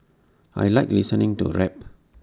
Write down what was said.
I Like listening to rap